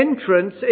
entrance